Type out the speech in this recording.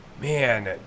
Man